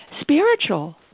spiritual